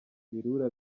ibirura